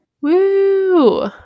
Woo